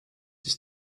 ist